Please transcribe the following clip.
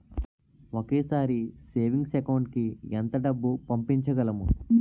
ఒకేసారి savings account కి ఎంత డబ్బు పంపించగలము?